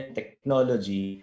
technology